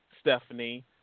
Stephanie